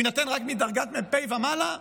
ויינתן רק מדרגת מ"פ ומעלה?